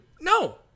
No